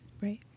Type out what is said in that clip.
Right